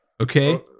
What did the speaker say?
Okay